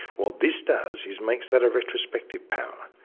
what this does is make that a perspective power.